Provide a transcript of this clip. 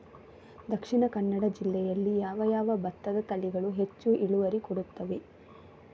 ದ.ಕ ಜಿಲ್ಲೆಯಲ್ಲಿ ಯಾವ ಯಾವ ಭತ್ತದ ತಳಿಗಳು ಹೆಚ್ಚು ಇಳುವರಿ ಕೊಡುತ್ತದೆ?